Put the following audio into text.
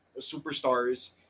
superstars